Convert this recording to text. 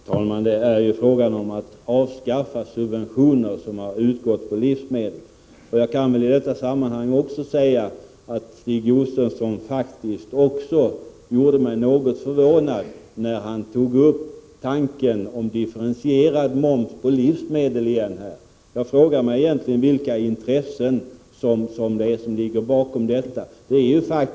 Herr talman! Det är här fråga om att avskaffa subventioner som har utgått på livsmedel. Jag kan i detta sammanhang säga att Stig Josefson faktiskt gjorde mig något förvånad, när han igen förde fram tanken på en differentierad moms på livsmedel. Jag frågar mig vilka intressen som egentligen ligger bakom detta.